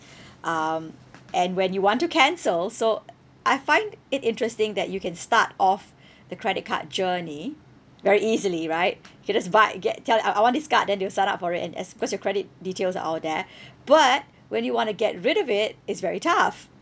um and when you want to cancel so I find it interesting that you can start off the credit card journey very easily right kay just buy get tell I I want this card then they will set up for it and as because your credit details are all there but when you want to get rid of it is very tough